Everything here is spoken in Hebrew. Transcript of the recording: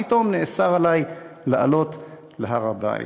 פתאום נאסר עלי לעלות להר-הבית.